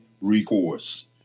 recourse